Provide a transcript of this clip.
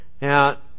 Now